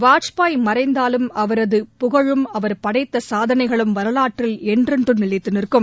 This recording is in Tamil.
வாஜ்பாய் மறைந்தாலும் அவரது புகழும் அவர் படைத்த சாதனைகளும் வரலாற்றில் என்றென்றும் நிலைத்து நிற்கும்